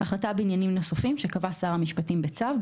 (5)החלטה בעניינים נוספים שקבע שר המשפטים בצו,